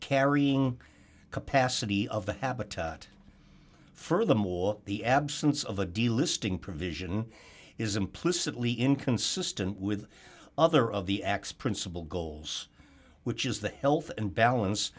carrying capacity of the habitat furthermore the absence of a delisting provision is implicitly inconsistent with other of the x principle goals which is the health and balance